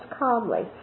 calmly